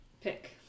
pick